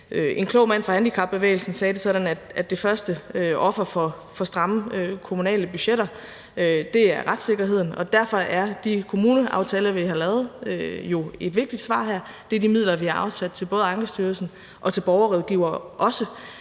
En klog mand fra handicapbevægelsen sagde det sådan, at det første offer for stramme kommunale budgetter er retssikkerheden, og derfor er de kommuneaftaler, vi har lavet, jo et vigtigt svar – det er de midler, vi har afsat til både Ankestyrelsen og til borgerrådgivere.